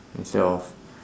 instead of